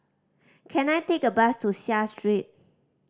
can I take a bus to Seah Street